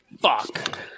Fuck